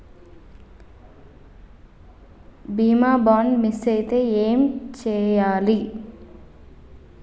బీమా bond miss అయితే ఏం చేయాలి?